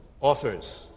authors